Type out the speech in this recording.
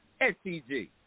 STG